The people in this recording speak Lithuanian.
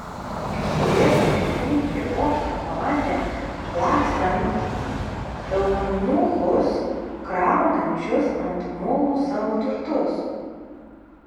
skubėdami žemyn prie bokšto pamatė lakstant eunuchus kraunančius ant mulų savo turtus